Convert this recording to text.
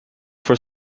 for